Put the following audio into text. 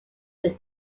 dark